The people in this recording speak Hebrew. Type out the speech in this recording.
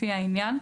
לפי העניין,